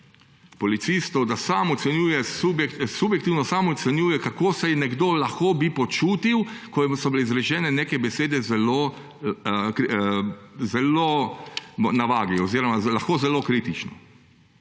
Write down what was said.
policistov, da subjektivno sam ocenjuje, kako se nekdo lahko bi počutil, ko so bile izrečene neke besede, zelo na vagi oziroma zelo zelo kritično.